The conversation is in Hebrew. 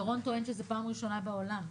דורון טוען שזו פעם ראשונה בעולם,